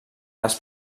les